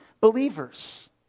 believers